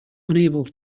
unable